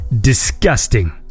Disgusting